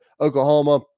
Oklahoma